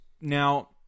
Now